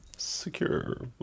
Secure